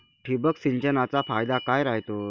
ठिबक सिंचनचा फायदा काय राह्यतो?